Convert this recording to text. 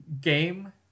game